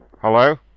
Hello